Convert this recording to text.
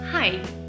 Hi